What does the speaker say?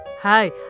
Hi